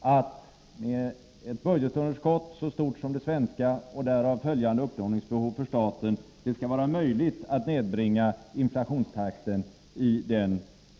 att ett budgetunderskott som är så stort som det svenska — med därav följande upplåningsbehov för staten — skall kunna tillåta att inflationstakten nedbringas